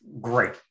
Great